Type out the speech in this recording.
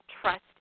trust